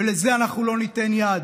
ולזה אנחנו לא ניתן יד.